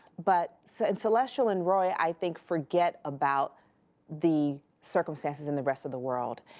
but so and celestial and roy, i think, forget about the circumstances in the rest of the world,